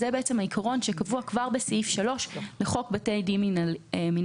זה בעצם העיקרון שקבוע כבר בסעיף 3 לחוק בתי דין מינהליים,